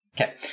Okay